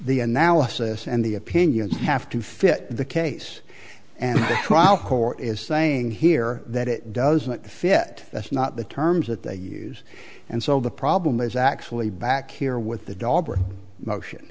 the analysis and the opinion have to fit the case and the trial court is saying here that it doesn't fit that's not the terms that they use and so the problem is actually back here with the dog motion